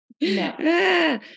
No